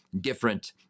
different